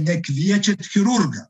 nekviečiat chirurgą